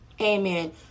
Amen